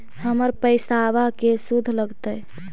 हमर पैसाबा के शुद्ध लगतै?